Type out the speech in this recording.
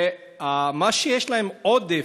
ומה שיש להם עודף,